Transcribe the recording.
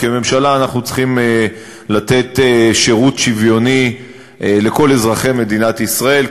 כממשלה אנחנו צריכים לתת שירות שוויוני לכל אזרחי מדינת ישראל,